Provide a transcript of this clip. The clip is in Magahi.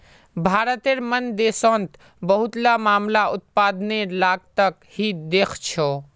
भारतेर मन देशोंत बहुतला मामला उत्पादनेर लागतक ही देखछो